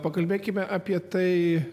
pakalbėkime apie tai